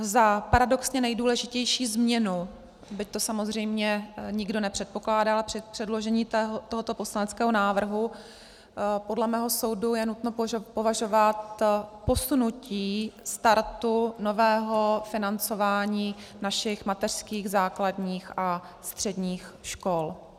Za paradoxně nejdůležitější změnu, byť to samozřejmě nikdo nepředpokládal při předložení tohoto poslaneckého návrhu, podle mého soudu je nutno považovat posunutí startu nového financování našich mateřských, základních a středních škol.